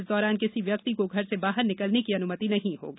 इस दौरान किसी व्यक्ति को घर से बाहर निकलने की अनुमति नहीं होगी